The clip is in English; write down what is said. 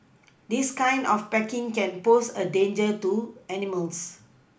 this kind of packaging can pose a danger to animals